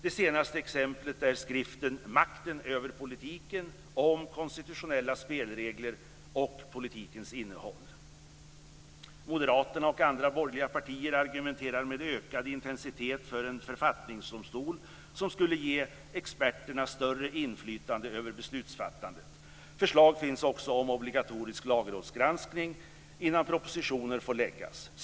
Det senaste exemplet är skriften Makten över politiken: om konstitutionella spelregler och politikens innehåll. Moderaterna och andra borgerliga partier argumenterar med ökad intensitet för en författningsdomstol som skulle ge experterna större inflytande över beslutsfattandet. Förslag finns också om obligatorisk lagrådsgranskning innan propositioner får läggas fram.